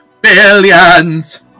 billions